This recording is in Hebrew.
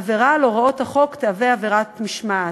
עבירה על הוראות החוק תהווה עבירת משמעת.